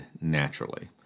naturally